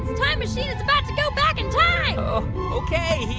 time machine is about to go back in time ok.